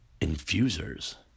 infusers